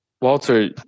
Walter